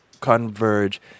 converge